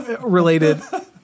related